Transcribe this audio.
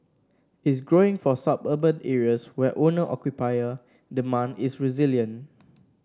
is growing for suburban areas where owner occupier demand is resilient